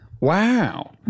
Wow